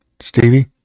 Stevie